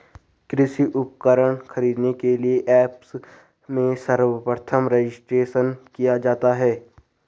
कृषि उपकरण खरीदने के लिए ऐप्स में सर्वप्रथम रजिस्ट्रेशन किया जाता है